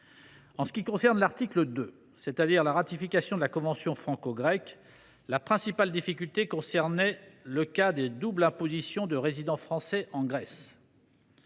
En ce qui concerne l’article 2, c’est à dire la ratification de la convention franco grecque, la principale difficulté avait trait aux cas de double imposition de résidents français en Grèce.